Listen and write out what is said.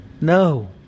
No